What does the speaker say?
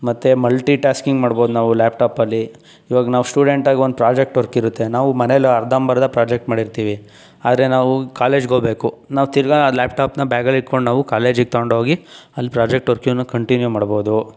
ಮತ್ತು multitasking ಮಾಡ್ಬೌದು ನಾವು ಲ್ಯಾಪ್ಟಾಪಲ್ಲಿ ಇವಾಗ ನಾವು ಸ್ಟೂಡೆಂಟ್ ಆಗಿ ಒಂದು ಪ್ರಾಜೆಕ್ಟ್ ವರ್ಕ್ ಇರುತ್ತೆ ನಾವು ಮನೇಲೂ ಅರ್ಧಂಬರ್ಧ ಪ್ರಾಜೆಕ್ಟ್ ಮಾಡಿರ್ತೀವಿ ಆದರೆ ನಾವು ಕಾಲೇಜ್ಗೆ ಹೋಗ್ಬೇಕು ನಾವು ತಿರ್ಗಿ ಲ್ಯಾಪ್ಟಾಪನ್ನ ಬ್ಯಾಗಲ್ಲಿ ಇಕ್ಕಂಡು ನಾವು ಕಾಲೇಜಿಗೆ ತೊಗೊಂಡು ಹೋಗಿ ಅಲ್ಲಿ ಪ್ರಾಜೆಕ್ಟ್ ವರ್ಕ್ ಏನೋ ಕಂಟಿನ್ಯೂ ಮಾಡ್ಬೌದು